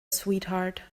sweetheart